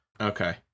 Okay